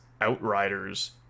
Outriders